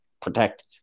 Protect